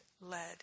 led